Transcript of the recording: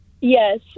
Yes